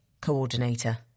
Coordinator